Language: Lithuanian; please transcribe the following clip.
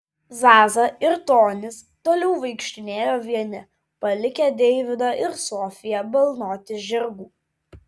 zaza ir tonis toliau vaikštinėjo vieni palikę deividą ir sofiją balnoti žirgų